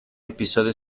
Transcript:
episodio